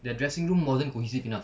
the dressing room wasn't cohesive enough